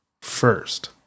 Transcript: first